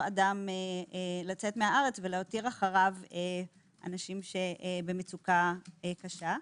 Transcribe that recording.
אדם לצאת מהארץ ולהותיר אחריו אנשים שבמצוקה קשה.